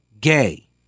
Gay